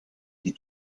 die